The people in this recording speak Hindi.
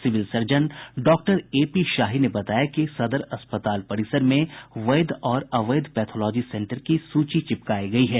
civil surgeon doctor AP Shahi ने बताया कि सदर अस्पताल परिसर में वैध और अवैध पैथोलॉजी सेंटर की सूची चिपकायी गयी है